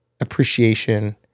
appreciation